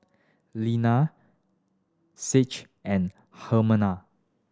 Lina Saige and Hermina